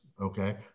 okay